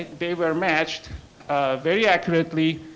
they were matched very accurately.